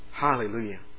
Hallelujah